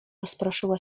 rozproszyła